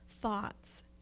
thoughts